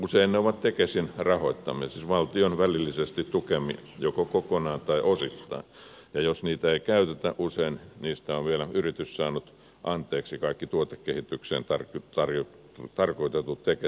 usein ne ovat tekesin rahoittamia siis valtion välillisesti tukemia joko kokonaan tai osittain ja jos niitä ei käytetä usein niistä on vielä yritys saanut anteeksi kaikki tuotekehitykseen tarkoitetut tekesin rahat